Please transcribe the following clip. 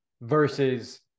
Versus